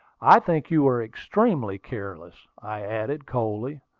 i think you were, extremely careless, i added coldly.